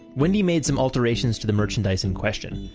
wendy made some alterations to the merchandise in question.